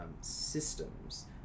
systems